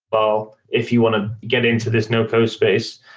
but if you want to get into this no-code space.